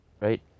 right